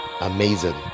amazing